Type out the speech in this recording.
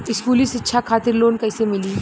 स्कूली शिक्षा खातिर लोन कैसे मिली?